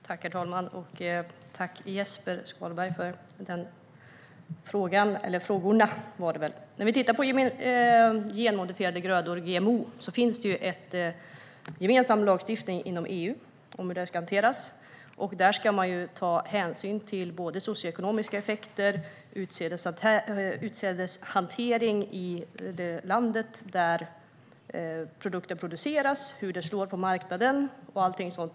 Herr talman! Tack för de frågorna, Jesper Skalberg Karlsson! När vi tittar på genmodifierade grödor, GMO, finns en gemensam lagstiftning inom EU om hur de ska hanteras. Där ska man ta hänsyn till socioekonomiska effekter, utsädeshantering i landet där produkten produceras, hur det slår på marknaden och allting sådant.